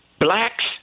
Blacks